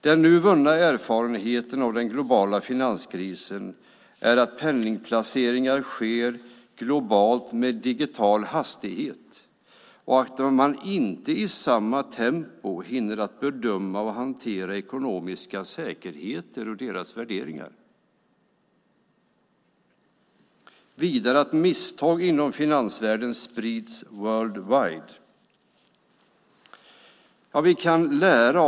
Den nu vunna erfarenheten av den globala finanskrisen är att penningplaceringar sker globalt med digital hastighet, att man inte i samma tempo hinner bedöma och hantera ekonomiska säkerheter och deras värden och att misstag inom finansvärlden sprids worldwide.